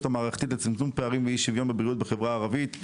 המערכתית לצמצום פערים ואי שוויון בחברה הערבית,